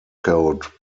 coat